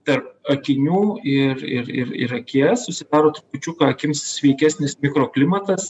tarp akinių ir ir ir ir akies susidaro trupučiuką akims sveikesnis mikroklimatas